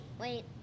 wait